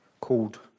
called